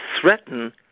threaten